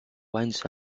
winds